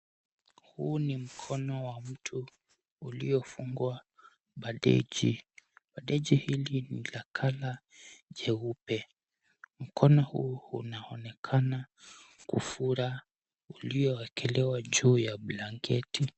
Huu ni mkono wa mtu uliofungwa bandeji. Bandeji hili ni la color jeupe. Mkono huu unaonekana kufura ulioekelewa juu ya blanketi.